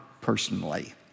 personally